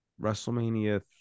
WrestleMania